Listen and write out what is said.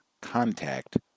contact